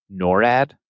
NORAD